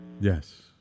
Yes